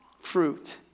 fruit